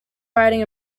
riding